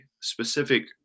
specific